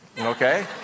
okay